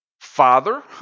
Father